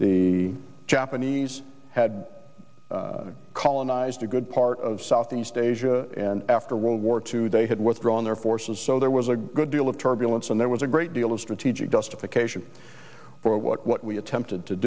the japanese had colonized a good part of southeast asia and after world war two they had withdrawn their forces so there was a good deal of turbulence and there was a great deal of strategic justification for what we attempted to